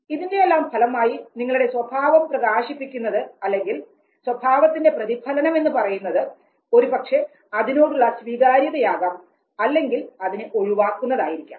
ഇതിന്റെയെല്ലാം ഫലമായി നിങ്ങളുടെ സ്വഭാവം പ്രകാശിപ്പിക്കുന്നത് അല്ലെങ്കിൽ സ്വഭാവത്തിന്റെ പ്രതിഫലനം എന്നു പറയുന്നത് ഒരുപക്ഷേ അതിനോടുള്ള സ്വീകാര്യതയാകാം അല്ലെങ്കിൽ അതിനെ ഒഴിവാക്കുന്നതായിരിക്കാം